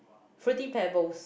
fruity pebbles